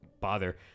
bother